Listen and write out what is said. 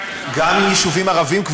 גם עם יישובים ערביים,